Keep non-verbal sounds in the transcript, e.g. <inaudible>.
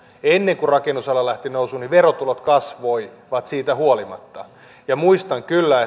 ennen kuin rakennusala lähti nousuun verotulot kasvoivat siitä huolimatta ja muistan kyllä <unintelligible>